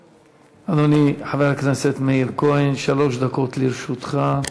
אדוני, חבר הכנסת מאיר כהן, שלוש דקות לרשותך.